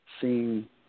seeing